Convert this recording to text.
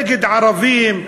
נגד ערבים,